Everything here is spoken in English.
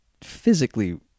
physically